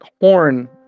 horn